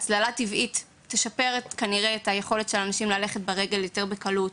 הצללה טבעית כנראה תשפר את היכולת של הילדים ללכת ברגל יותר בקלות.